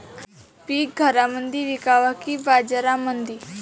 पीक घरामंदी विकावं की बाजारामंदी?